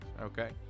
okay